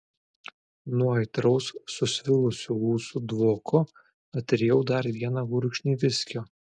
nuo aitraus susvilusių ūsų dvoko atrijau dar vieną gurkšnį viskio